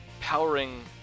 powering